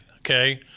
Okay